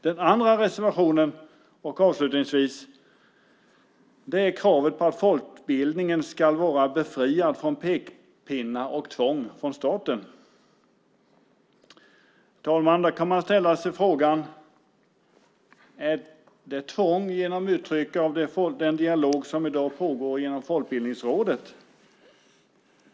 Den andra reservationen gäller avslutningsvis att folkbildningen ska vara befriad från pekpinnar och tvång från staten. Där kan man ställa sig frågan om den dialog som i dag pågår genom Folkbildningsrådet är tvång.